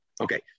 Okay